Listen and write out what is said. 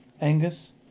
Angus